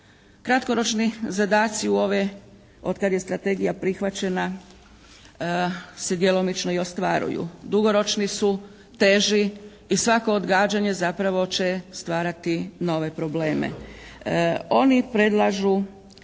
Kratkoročni zadaci u ove, od kad je strategija prihvaćena se djelomično i ostvaruju. Dugoročni su teži i svako odgađanje zapravo će stvarati nove probleme.